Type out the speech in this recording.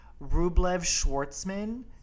Rublev-Schwartzman